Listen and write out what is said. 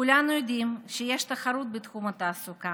כולנו יודעים שיש תחרות בתחום התעסוקה.